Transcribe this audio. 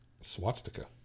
Swastika